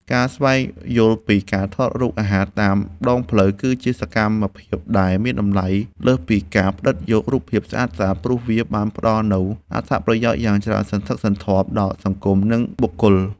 ការស្វែងយល់ពីការថតរូបអាហារតាមដងផ្លូវ គឺជាសកម្មភាពដែលមានតម្លៃលើសពីការផ្ដិតយករូបភាពស្អាតៗ ព្រោះវាបានផ្ដល់នូវអត្ថប្រយោជន៍យ៉ាងច្រើនសន្ធឹកសន្ធាប់ដល់សង្គម និងបុគ្គល។